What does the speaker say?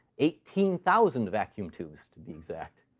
eighteen thousand vacuum tubes, to be exact.